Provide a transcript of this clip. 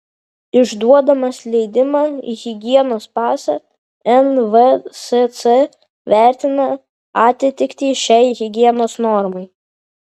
išduodamas leidimą higienos pasą nvsc vertina atitiktį šiai higienos normai